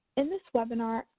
in this webinar,